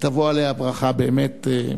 תבוא עליה הברכה באמת.